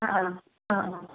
ആ ആ ആ ആ